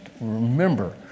remember